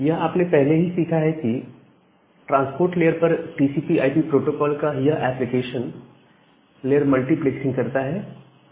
यह आपने पहले ही सीखा है कि ट्रांसपोर्ट लेयर पर टीसीपी आईपी प्रोटोकोल स्टैक यह एप्लीकेशन लेयर मल्टीप्लेक्सिंग करता है